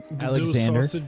Alexander